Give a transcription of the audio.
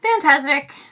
fantastic